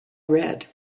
red